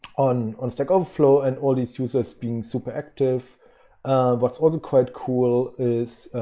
on on stackoverflow. and all these users being super active but what is quite cool is